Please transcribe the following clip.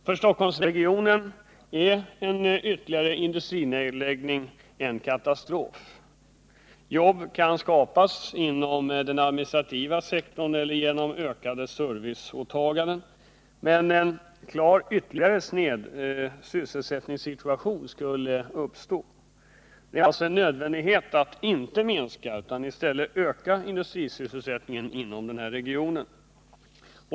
För Stockholmsregionen är en ytterligare industrinedläggning en katastrof. Jobb kan skapas inom den administrativa sektorn eller genom ökade serviceåtaganden, men en ännu snedare sysselsättningssituation skulle uppstå. Det är alltså nödvändigt att inte minska utan i stället öka industrisysselsättningen inom regionen.